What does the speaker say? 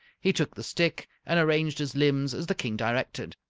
he took the stick and arranged his limbs as the king directed.